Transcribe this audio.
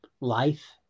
life